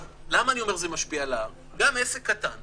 אני קורא